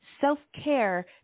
Self-care